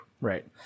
Right